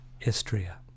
Istria